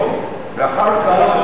ואחר כך,